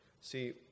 See